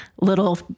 little